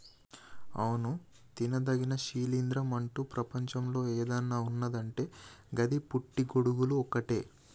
అవును తినదగిన శిలీంద్రం అంటు ప్రపంచంలో ఏదన్న ఉన్నదంటే గది పుట్టి గొడుగులు ఒక్కటే